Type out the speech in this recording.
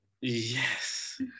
Yes